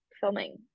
filming